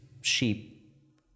sheep